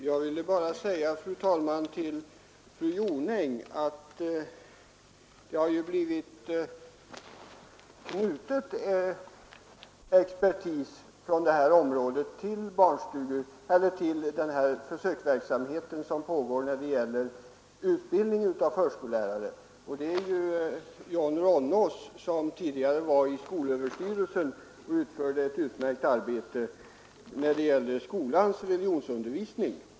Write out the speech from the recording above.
Fru talman! Jag vill bara säga till fru Jonäng att det har knutits expertis till bl.a. den försöksverksamhet som pågår när det gäller utbildning av förskolelärare. Det är John Ronnås som tidigare var på skolöverstyrelsen och där utförde ett utmärkt arbete i fråga om skolans religionsundervisning.